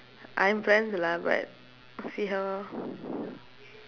I have plans lah but see how lor